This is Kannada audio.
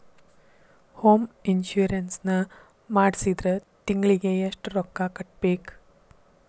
ಹೊಮ್ ಇನ್ಸುರೆನ್ಸ್ ನ ಮಾಡ್ಸಿದ್ರ ತಿಂಗ್ಳಿಗೆ ಎಷ್ಟ್ ರೊಕ್ಕಾ ಕಟ್ಬೇಕ್?